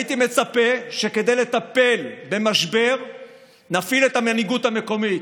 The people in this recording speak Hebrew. הייתי מצפה שכדי לטפל במשבר נפעיל את המנהיגות המקומית.